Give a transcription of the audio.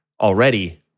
already